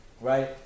Right